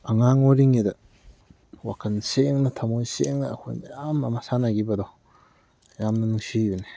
ꯑꯉꯥꯡ ꯑꯣꯏꯔꯤꯉꯩꯗ ꯋꯥꯈꯜ ꯁꯦꯡꯅ ꯊꯝꯃꯣꯏ ꯁꯦꯡꯅ ꯑꯩꯈꯣꯏ ꯃꯌꯥꯝ ꯑꯃ ꯁꯥꯟꯅꯈꯤꯕꯗꯣ ꯌꯥꯝꯅ ꯅꯨꯡꯁꯤꯕꯅꯤ